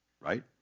right